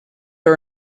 are